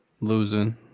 Losing